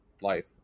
life